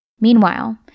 Meanwhile